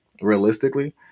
realistically